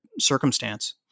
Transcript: circumstance